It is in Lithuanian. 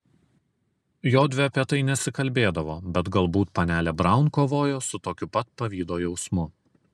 jodvi apie tai nesikalbėdavo bet galbūt panelė braun kovojo su tokiu pat pavydo jausmu